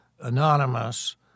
anonymous